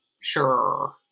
Sure